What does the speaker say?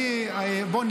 בוא,